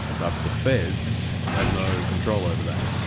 but the feds have no control over that,